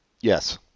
Yes